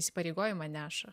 įsipareigojimą neša